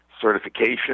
certification